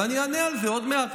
ואני אענה על זה עוד מעט.